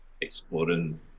exploring